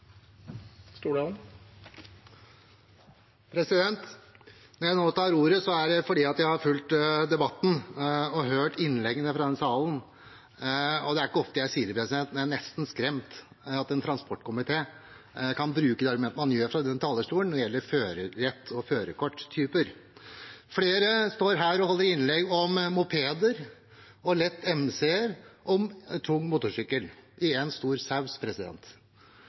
det fordi jeg har fulgt debatten og hørt innleggene fra denne talerstolen. Det er ikke ofte jeg sier det, men jeg er nesten skremt over at en transportkomité kan bruke de argumentene de gjør fra denne talerstolen når det gjelder førerrett og førerkorttyper. Flere står her og holder innlegg om mopeder, lette MC-er og tung motorsykkel i en stor saus.